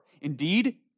Indeed